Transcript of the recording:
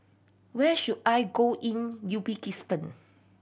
where should I go in Uzbekistan